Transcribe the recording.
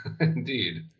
Indeed